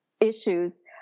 issues